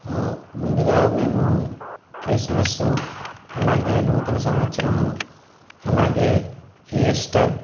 ముందుగా మేము క్రిస్మస్ అలాగే నూతన సంవత్సరము అలాగే ఈస్టర్